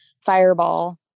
Fireball